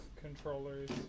controllers